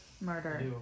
murder